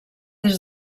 des